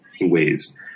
ways